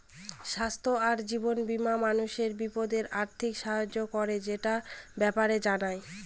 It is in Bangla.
স্বাস্থ্য আর জীবন বীমা মানুষের বিপদে আর্থিক সাহায্য করে, সেটার ব্যাপারে জানা